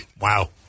Wow